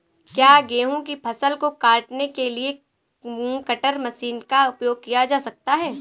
क्या गेहूँ की फसल को काटने के लिए कटर मशीन का उपयोग किया जा सकता है?